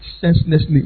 senselessly